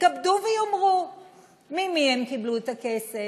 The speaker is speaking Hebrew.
יתכבדו ויאמרו ממי הם קיבלו את הכסף,